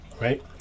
right